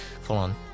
full-on